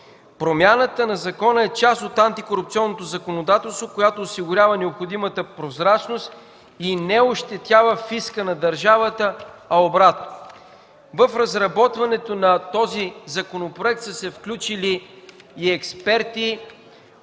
Промяната на закона е част от антикорупционното законодателство, която осигурява необходимата прозрачност и не ощетява фиска на държавата, а обратното. В разработването на този законопроект са се включили и експерти